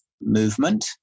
movement